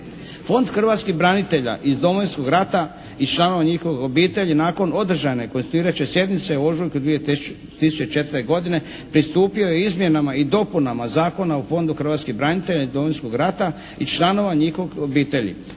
Fond hrvatskih branitelja iz Domovinskog rata i članova njihove obitelji nakon održane konstituirajuće sjednice u ožujku 2004. godine pristupio je izmjenama i dopunama Zakona o fondu hrvatskih branitelja iz Domovinskog rata i članova njihovih obitelji.